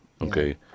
Okay